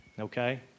Okay